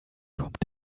kommt